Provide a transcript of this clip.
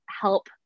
help